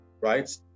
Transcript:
right